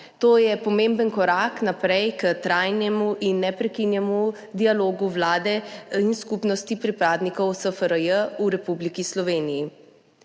To je pomemben korak naprej k trajnemu in neprekinjenemu dialogu Vlade in skupnosti pripadnikov SFRJ v Republiki Sloveniji.